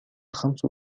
خمس